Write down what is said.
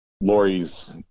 Lori's